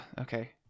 okay